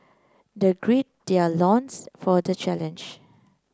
they their loins for the challenge